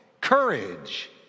courage